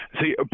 See